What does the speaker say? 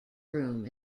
groom